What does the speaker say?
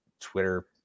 Twitter